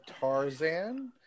Tarzan